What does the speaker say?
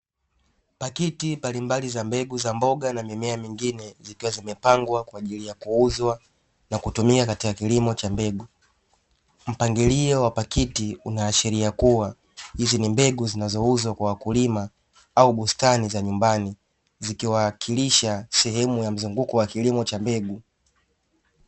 Pakiti mbalimbali za mbegu za mboga na mimea mingine zikiwa zimepangwa kwa ajili ya kuuzwa na kutumia katika kilimo cha mbegu, mpangilio wa pakiti unaashiria kuwa hizi ni mbegu zinazouzwa kwa wakulima au bustani za nyumbani zikiwakilisha sehemu ya mzunguko wa kilimo cha mbegu.